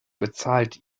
bezahlt